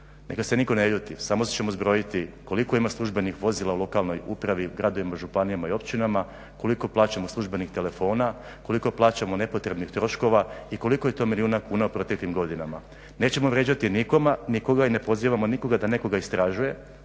Neka se nitko ne ljuti, samo ćemo zbrojiti koliko ima službenih vozila u lokalnoj upravi, u gradovima, županijama i općinama, koliko plaćamo službenih telefona, koliko plaćamo nepotrebnih troškova i koliko je to milijuna kuna u proteklim godinama. Nećemo vrijeđati nikoga i ne pozivamo nikoga da nekoga istražuje,